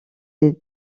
est